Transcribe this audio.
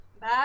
Bye